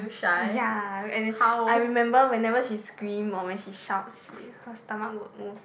ya as in I remember whenever she scream or she shouts her stomach will move